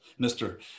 Mr